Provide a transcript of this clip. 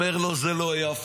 אומר לו: זה לא יפה,